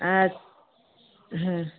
ᱟᱡ